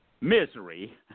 misery